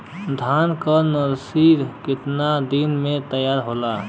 धान के नर्सरी कितना दिन में तैयार होई?